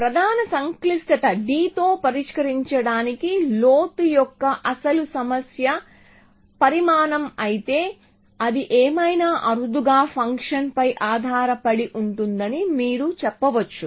ప్రధాన సంక్లిష్టత d తో పరిష్కరించడానికి లోతు యొక్క అసలు సమస్య పరిమాణమైతే అది ఏమైనా అరుదుగా ఫంక్షన్పై ఆధారపడి ఉంటుందని మీరు చెప్పవచ్చు